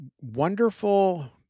wonderful